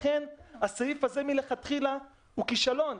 לכן, הסעיף הזה מלכתחילה הוא כישלון.